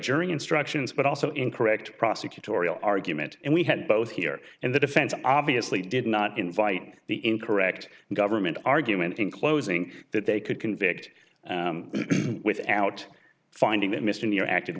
jury instructions but also incorrect prosecutorial argument and we had both here and the defense obviously did not invite the incorrect government argument in closing that they could convict without finding that missing the acted